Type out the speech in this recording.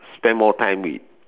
spend more time with